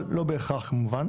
אבל לא בהכרח, כמובן.